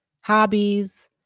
hobbies